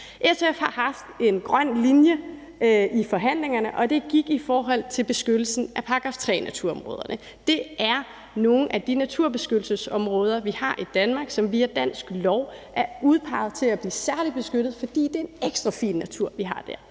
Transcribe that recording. SF har haft en grøn linje i forhandlingerne, og det gik på det i forhold til beskyttelsen af § 3-naturområderne. Det er nogle af de naturbeskyttelsesområder, vi har i Danmark, og som via dansk lov er udpeget til at blive særligt beskyttet, fordi det er en ekstra fin natur, vi har der,